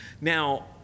Now